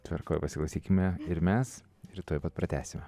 tvarkoje pasiklausykime ir mes ir tuoj pat pratęsime